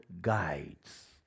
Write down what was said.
guides